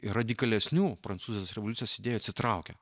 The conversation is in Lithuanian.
radikalesnių prancūzijos revoliucijos idėjų atsitraukia